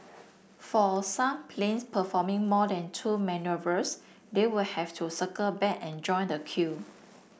for some planes performing more than two manoeuvres they will have to circle back and join the queue